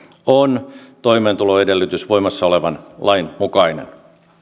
on toimeentuloedellytys voimassa olevan lain mukainen